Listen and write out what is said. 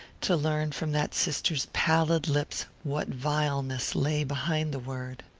to learn from that sister's pallid lips what vileness lay behind the word.